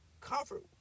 comfort